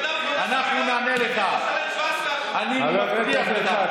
אני מאמין שהחוק הזה לא אמור להיות חוק